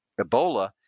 Ebola